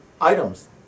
items